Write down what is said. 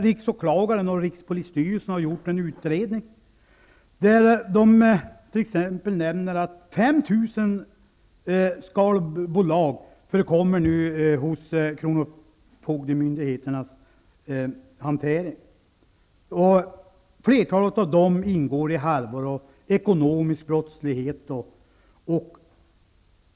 Riksåklagaren och rikspolisstyrelsen har gjort en utredning där de nämner att 5 000 skalbolag nu finns i kronofogdemyndigheternas hantering. Flertalet av dem ingår i härvor av ekonomisk brottslighet.